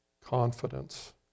confidence